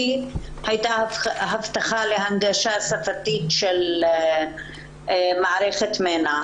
הייתה הבטחה להנגשה שפתית של מערכת מנע.